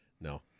No